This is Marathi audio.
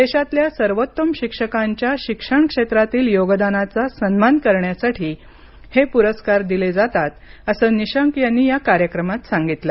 देशातल्या सर्वोत्तम शिक्षकांच्या शिक्षण क्षेत्रातील योगदानाचा सन्मान करण्यासाठी हे पुरस्कार दिले जातात असं निशंक यांनी या कार्यक्रमात सांगितलं